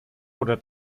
oder